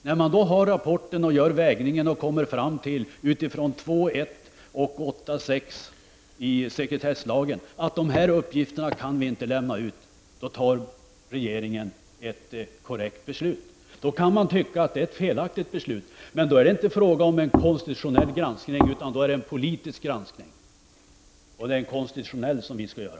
När regeringen då hade rapporten, gjorde vägningen och kom fram till, utifrån sekretesslagen 2:1 och 8:6, att dessa uppgifter inte kunde lämnas ut, fattade regeringen ett korrekt beslut. Man kan tycka att det är ett felaktigt beslut, men då är det inte fråga om en konstitutionell granskning utan om en politisk granskning. Det är en konstitutionell granskning som vi nu skall göra.